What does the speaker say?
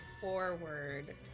forward